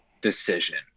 decision